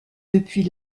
depuis